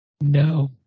No